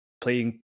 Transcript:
playing